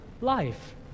life